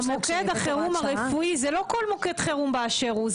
--- מוקד החירום הרפואי זה לא כל מוקד חירום באשר הוא,